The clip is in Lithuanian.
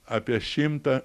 apie šimtą